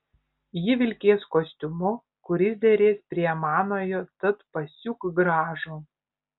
ji vilkės kostiumu kuris derės prie manojo tad pasiūk gražų